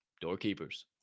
doorkeepers